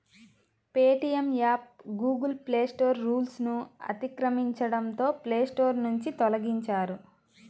Paytm app Google play store రూల్స్ను అతిక్రమించడంతో play store నుంచి తొలగించారు